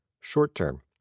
short-term